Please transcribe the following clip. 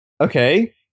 Okay